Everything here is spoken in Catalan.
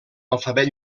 alfabet